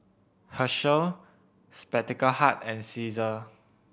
Herschel Spectacle Hut and Cesar